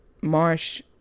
marsh